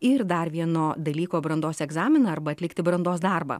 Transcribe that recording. ir dar vieno dalyko brandos egzaminą arba atlikti brandos darbą